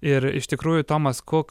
ir iš tikrųjų tomas kuk